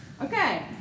Okay